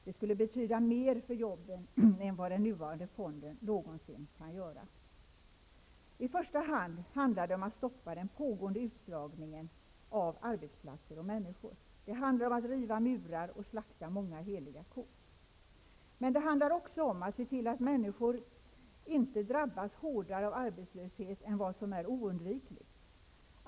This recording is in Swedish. Det skulle betyda mer för jobben än vad den nuvarande fonden någonsin kan betyda. I första hand handlar det om att stoppa den pågående utslagningen av arbetsplatser och människor. Det handlar om att riva murar och slakta många heliga kor. Men det handlar också om att se till att människor inte drabbas hårdare av arbetslöshet än vad som är oundvikligt.